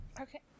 Okay